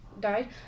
died